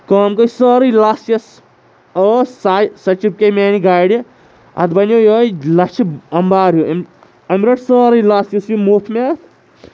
کٲم گٔیے سٲرٕے لَژھ یۄس ٲس سۄ آیہِ سۄ چِپکے میانہِ گاڑِ اَتھ بَنیو یِہوے لَژھِ اَمبار ہیو أمۍ رٔٹ سٲرٕے لَژھ یُس یہِ موتھ مےٚ اَتھ